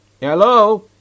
Hello